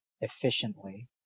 efficiently